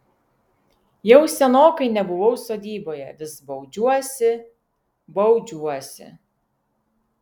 jau senokai nebuvau sodyboje vis baudžiuosi baudžiuosi